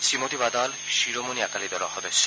শ্ৰীমতী বাদল শিৰোমণি আকালি দলৰ সদস্য